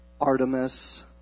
Artemis